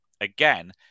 again